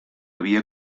havia